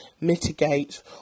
mitigate